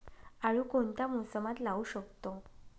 आळू कोणत्या मोसमात लावू शकतो?